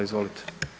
Izvolite.